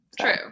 True